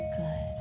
good